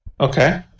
Okay